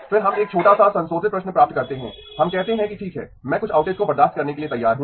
फिर हम एक छोटा सा संशोधित प्रश्न प्राप्त करते हैं हम कहते हैं कि ठीक है मैं कुछ आउटेज को बर्दाश्त करने के लिए तैयार हूं